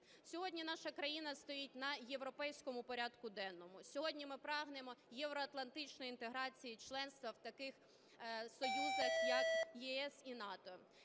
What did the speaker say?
Сьогодні наша країна стоїть на європейському порядку денному, сьогодні ми прагнемо євроатлантичної інтеграції, членства в таких союзах, як ЄС і НАТО.